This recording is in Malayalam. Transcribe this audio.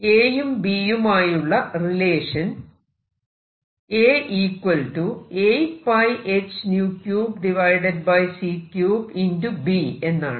A യും B യുമായുള്ള റിലേഷൻ എന്നാണ്